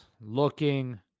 looking